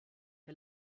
der